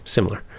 Similar